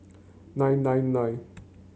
nine nine nine